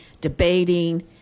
debating